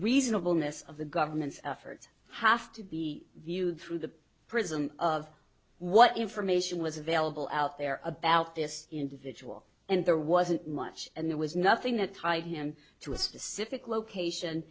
reasonableness of the government's efforts have to be viewed through the prism of what information was available out there about this individual and there wasn't much and there was nothing that tied him to a specific location